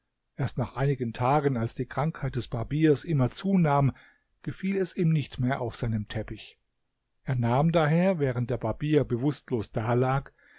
erst nach einigen tagen als die krankheit des barbiers immer zunahm gefiel es ihm nicht mehr auf seinem teppich er nahm daher während der barbier bewußtlos da lag